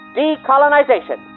decolonization